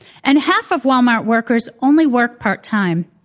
and half of walmart workers only work part time.